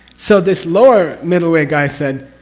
so this lower middle way guy said,